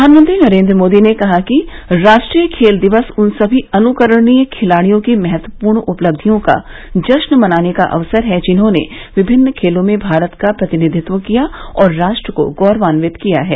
प्रधानमंत्री नरेंद्र मोदी ने कहा कि राष्ट्रीय खेल दिवस उन सभी अनुकरणीय खिलाड़ियों की महत्वपूर्ण उपलब्धियों का जश्न मनाने का अवसर है जिन्होंने विभिन्न खेलों में भारत का प्रतिनिधित्व किया और राष्ट्र को गौरवान्वित किया है